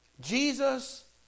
Jesus